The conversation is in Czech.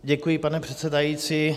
Děkuji, pane předsedající.